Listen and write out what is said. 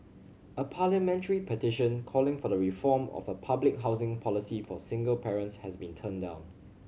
a parliamentary petition calling for the reform of the public housing policy for single parents has been turned down